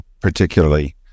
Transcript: particularly